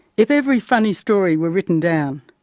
if every funny story were written down,